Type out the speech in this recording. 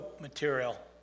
material